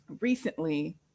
recently